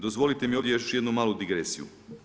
Dozvolite mi ovdje još jednu malu digresiju.